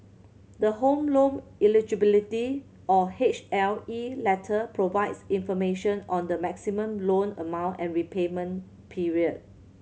the Home Loan Eligibility or H L E letter provides information on the maximum loan amount and repayment period